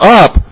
up